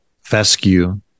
Fescue